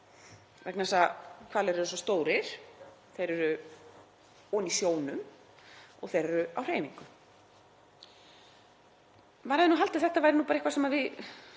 vegna þess að hvalir eru svo stórir, þeir eru ofan í sjónum og þeir eru á hreyfingu. Maður hefði haldið að þetta væri eitthvað sem við